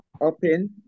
open